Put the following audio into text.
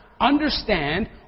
understand